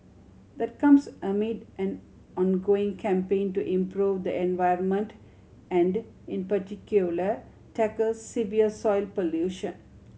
that comes amid an ongoing campaign to improve the environment and in particular tackle severe soil pollution